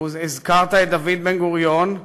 והזכרת את דוד בן-גוריון,